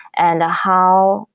and how,